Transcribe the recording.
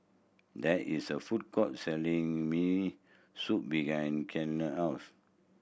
there is a food court selling Miso Soup behind Clella house